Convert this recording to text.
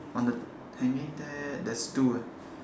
on the hanging there there's two ah